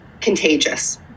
contagious